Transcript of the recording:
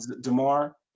DeMar